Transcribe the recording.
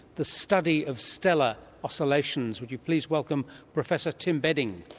the study of stellar oscillations. would you please welcome professor tim bedding.